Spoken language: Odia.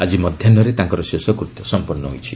ଆଜି ମଧ୍ୟାହ୍ନରେ ତାଙ୍କର ଶେଷକୃତ୍ୟ ସଂପନ୍ନ ହୋଇଛି